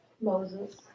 Moses